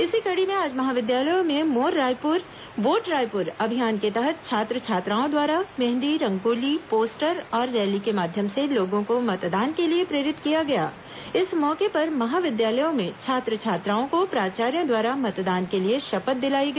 इसी कड़ी में आज महाविद्यालयों में मोर रायपुर वोट रायपुर अभियान के तहत छात्र छात्राओं द्वारा मेहंदी रंगोली पोस्टर और रैली के माध्यम से लोगों को मतदान के लिए प्रेरित किया इस मौके पर महाविद्यालयों में छात्र छात्राओं को प्राचार्यों द्वारा मतदान के लिए शपथ दिलाई गया